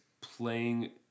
playing